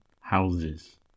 houses